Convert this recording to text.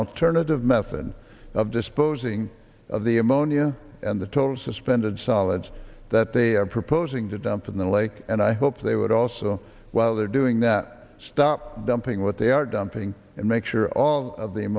alternative method of disposing of the ammonia and the total suspended solids that they are proposing to dump in the lake and i hope they would also while they're doing that stop dumping what they are dumping and make sure all of the